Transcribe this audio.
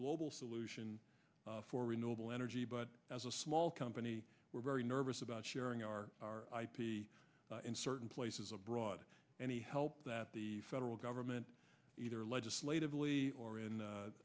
global solution for renewable energy but as a small company we're very nervous about sharing our ip in certain places abroad any help that the federal government either legislatively or in